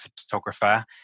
photographer